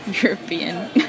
European